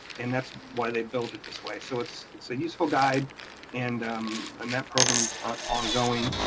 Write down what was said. and that's why they build it this way. so it's it's a useful guide and um and that program's ongoing.